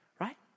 right